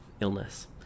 illness